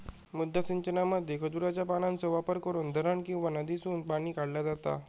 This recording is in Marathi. मुद्दा सिंचनामध्ये खजुराच्या पानांचो वापर करून धरण किंवा नदीसून पाणी काढला जाता